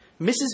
Mrs